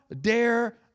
dare